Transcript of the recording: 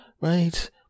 Right